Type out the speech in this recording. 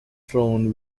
throne